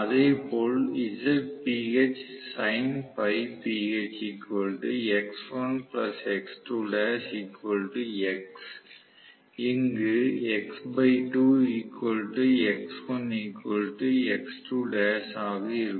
அதேபோல இங்கு ஆக இருக்கும்